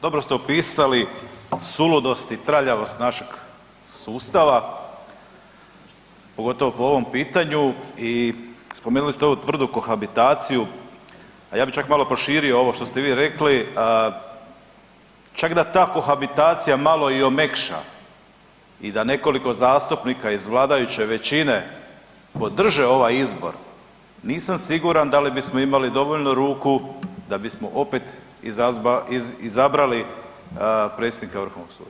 Dobro ste upisali suludosti i traljavost našeg sustava, pogotovo po ovom pitanju i spomenuli ste ovu tvrdu kohabitaciju, a ja bi čak malo proširio ovo što ste vi rekli, čak da ta kohabitacija malo i omekša i da nekoliko zastupnika iz vladajuće većine podrže ovaj izbor, nisam siguran da li bismo imali dovoljno ruku da bismo opet izabrali predsjednika Vrhovnog suda.